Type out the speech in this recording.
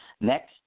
Next